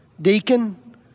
Deacon